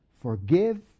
forgive